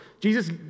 Jesus